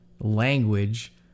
language